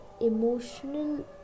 emotional